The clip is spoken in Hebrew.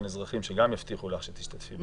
אזרחים שגם יבטיחו לך שתשתתפי בדיון.